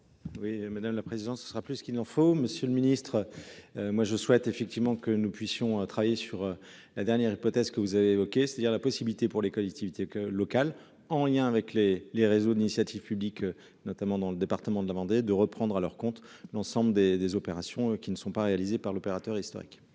Oui madame la présidence ce sera plus ce qu'il n'en faut. Monsieur le Ministre. Moi je souhaite effectivement que nous puissions travailler sur la dernière hypothèse que vous avez évoquées, c'est-à-dire la possibilité pour les collectivités que local en lien avec les les réseaux d'initiative publique notamment dans le département de la Vendée de reprendre à leur compte l'ensemble des des opérations qui ne sont pas réalisées par l'opérateur historique.